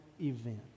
event